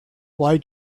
why